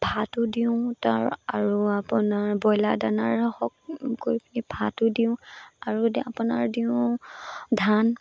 ভাতো দিওঁ তাৰ আৰু আপোনাৰ ব্ৰইলাৰ দানাৰ হওক কৈ পিনি ভাতো দিওঁ আৰু আপোনাৰ দিওঁ ধান